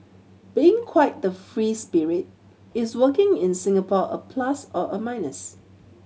being quite the free spirit is working in Singapore a plus or a minus